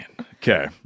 Okay